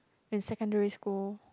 in secondary school